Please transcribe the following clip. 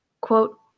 quote